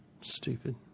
Stupid